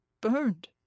burned